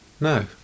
No